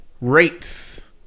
rates